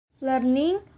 learning